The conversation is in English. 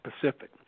Pacific